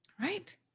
Right